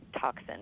toxin